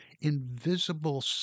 invisible